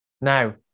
Now